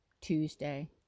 Tuesday